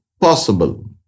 possible